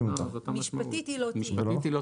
משפטית היא לא תחול.